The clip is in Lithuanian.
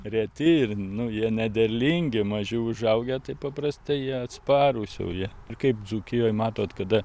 reti ir nu jie nederlingi mažiau užaugę tai paprastai jie atsparūs jau jie ir kaip dzūkijoj matot kada